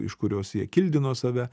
iš kurios jie kildino save